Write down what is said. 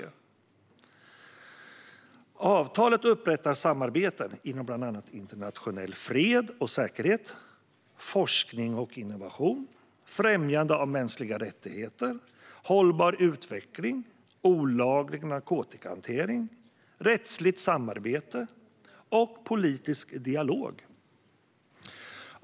Genom avtalet upprättas samarbeten inom bland annat internationell fred och säkerhet, forskning och innovation, främjande av mänskliga rättigheter, hållbar utveckling, olaglig narkotikahantering, rättsligt samarbete och politisk dialog.